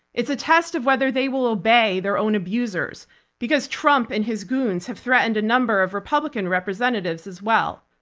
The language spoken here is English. it's a test of whether they will obey their own abusers because trump and his goons have threatened a number of republican representatives as well.